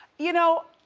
you know,